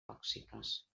tòxiques